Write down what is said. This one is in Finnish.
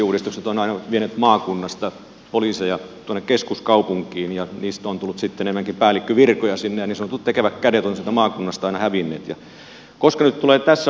aiemmat poliisiuudistukset ovat vieneet maakunnasta poliiseja tuonne keskuskaupunkiin ja niistä on tullut sitten enemmänkin päällikkövirkoja sinne ja niin sanotut tekevät kädet ovat sieltä maakunnasta aina hävinneet